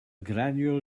gradual